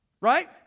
Right